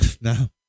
now